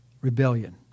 rebellion